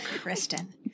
Kristen